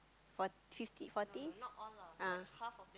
four fifty fourty ah